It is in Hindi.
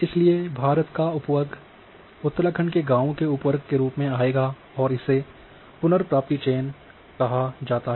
इसलिए भारत का उप वर्ग उत्तराखंड के गांवों के रूप में आएगा और इसे पुनर्प्राप्ति चयन कहा जाता है